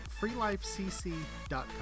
freelifecc.com